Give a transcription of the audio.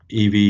EV